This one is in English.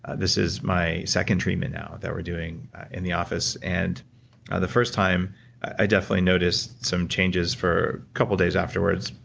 this is my second treatment now that we're doing in the office, and the first time i definitely noticed some changes for a couple days afterwards,